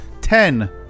ten